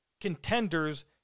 contenders